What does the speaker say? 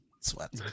sweat